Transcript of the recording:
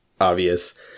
obvious